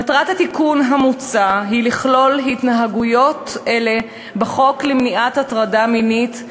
מטרת התיקון המוצע היא לכלול התנהגויות אלה בחוק למניעת הטרדה מינית,